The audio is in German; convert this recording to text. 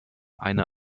eine